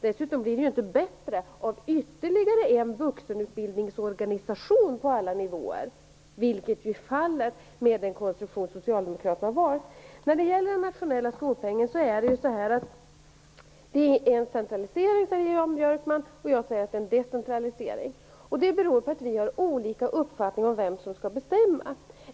Dessutom blir det ju inte bättre av ytterligare en vuxenutbildningsorganisation på alla nivåer, vilket ju är fallet med den konstruktion som Socialdemokraterna har valt. När det gäller den nationella skolpengen säger Jan Björkman att det är fråga om en centralisering medan jag säger att det är fråga om en decentralisering. Det beror på att vi har olika uppfattningar om vem som skall bestämma.